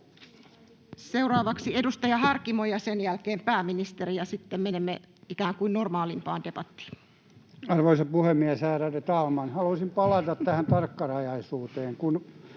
Seuraavaksi edustaja Harkimo ja sen jälkeen pääministeri, ja sitten menemme ikään kuin normaalimpaan debattiin. Arvoisa puhemies, ärade talman! Haluaisin palata tähän tarkkarajaisuuteen.